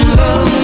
love